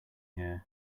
here